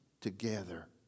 together